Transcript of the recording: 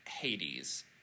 Hades